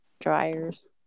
dryers